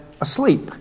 asleep